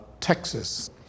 Texas